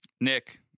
Nick